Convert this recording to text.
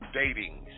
dating